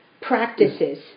practices